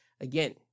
Again